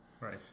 Right